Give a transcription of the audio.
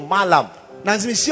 Malam